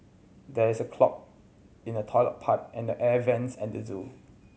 there is a clog in the toilet pipe and the air vents at the zoo